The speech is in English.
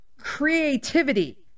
creativity